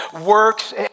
works